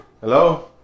Hello